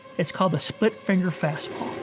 it's called the split-finger fastball